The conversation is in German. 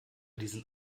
diesen